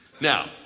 Now